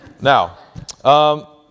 Now